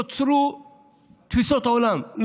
נוצרו תפיסות עולם,